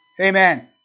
Amen